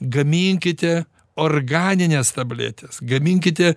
gaminkite organines tabletes gaminkite